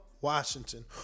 Washington